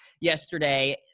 yesterday